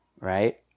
right